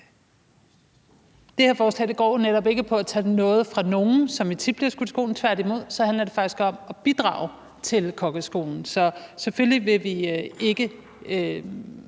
Det her forslag går netop ikke på at tage noget fra nogen, som vi tit bliver skudt i skoene. Tværtimod handler det faktisk om at bidrage til kokkeskolen. Så selvfølgelig vil vi ikke